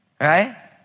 Right